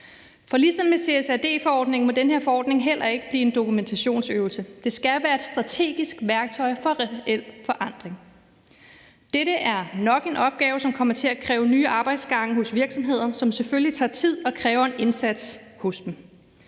dem. Ligesom med CSRD-forordningen må den her forordning heller ikke blive en dokumentationsøvelse. Den skal være et strategisk værktøj for reel forandring. Dette er nok en opgave, som kommer til at kræve nye arbejdsgange hos virksomheder, hvilket selvfølgelig tager tid og kræver en indsats af dem.